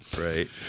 Right